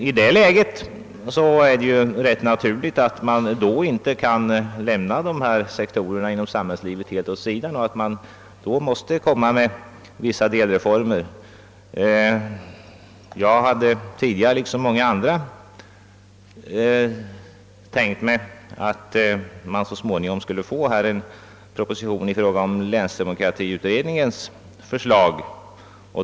I det läget är det rätt naturligt att dessa sektorer av samhällslivet inte kan lämnas helt åt sidan, utan att vissa delreformer måste genomföras. Jag hade tidigare, liksom många andra, tänkt mig att en proposition i fråga om länsdemokratiutredningens förslag ganska snart skulle läggas fram.